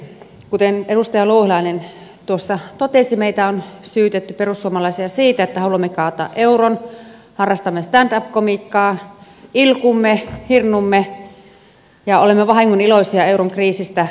kuten edustaja louhelainen tuossa totesi meitä perussuomalaisia on syytetty siitä että haluamme kaataa euron harrastamme stand up komiikkaa ilkumme hirnumme ja olemme vahingoniloisia euron kriisistä